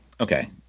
Okay